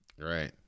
Right